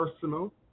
personal